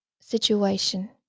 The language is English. situation